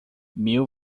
meu